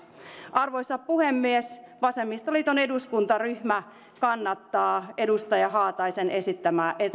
arvoisa puhemies vasemmistoliiton eduskuntaryhmä kannattaa edustaja haataisen esittämää